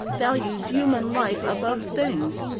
values human life above things.